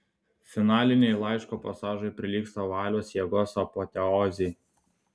finaliniai laiško pasažai prilygsta valios jėgos apoteozei